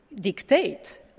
dictate